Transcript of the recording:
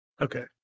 Okay